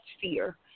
fear